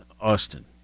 Austin